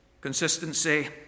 Consistency